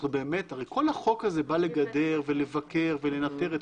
הרי כל החוק הזה בא לגדר ולבקר ולנטר את